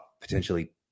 potentially